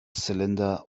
cylinder